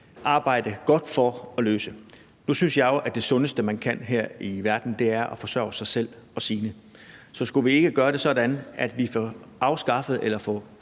arbejde grundigt for at løse. Nu synes jeg jo, at det sundeste, man kan her i verden, er at forsørge sig selv og sine, så skulle vi ikke gøre det sådan, at vi får afskaffet eller